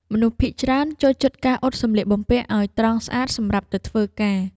មនុស្សភាគច្រើនចូលចិត្តការអ៊ុតសម្លៀកបំពាក់ឱ្យត្រង់ស្អាតសម្រាប់ទៅធ្វើការ។